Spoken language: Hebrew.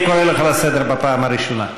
אני קורא אותך לסדר בפעם הראשונה.